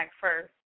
first